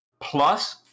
plus